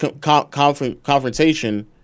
confrontation